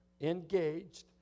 engaged